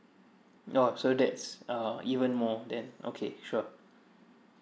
oh so that's uh even more than okay sure